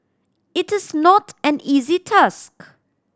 it is not an easy task